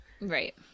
Right